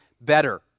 better